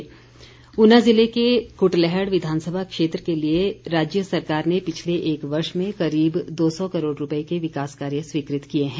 वीरेन्द्र कंवर ऊना ज़िले के कुटलैहड़ विधानसभा क्षेत्र के लिए राज्य सरकार ने पिछले एक वर्ष में करीब दो सौ करोड़ रूपए के विकास कार्य स्वीकृत किए हैं